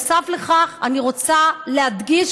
נוסף על כך אני רוצה להדגיש,